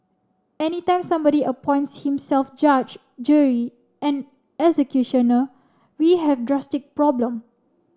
any time somebody appoints himself judge jury and executioner we have drastic problem